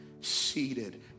seated